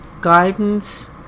guidance